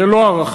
זה לא הערכה: